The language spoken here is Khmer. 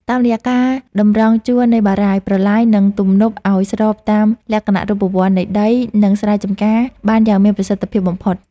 តាមរយៈការតម្រង់ជួរនៃបារាយណ៍ ប្រឡាយ និងទំនប់ឱ្យស្របតាមលក្ខណៈរូបវន្តនៃដី ខ្មែរបុរាណអាចបញ្ជូនទឹកទៅកាន់គ្រប់ច្រកល្ហកនៃទីក្រុង និងស្រែចម្ការបានយ៉ាងមានប្រសិទ្ធភាពបំផុត។